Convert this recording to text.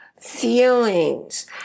feelings